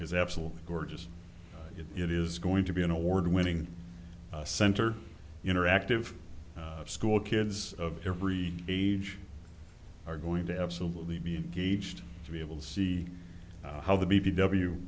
is absolutely gorgeous if it is going to be an award winning center interactive school kids of every age are going to absolutely be engaged to be able to see how the b b w